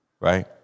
right